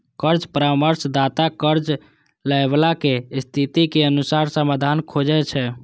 कर्ज परामर्शदाता कर्ज लैबला के स्थितिक अनुसार समाधान खोजै छै